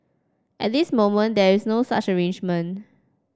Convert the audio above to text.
at this moment there is no such arrangement